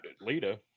Lita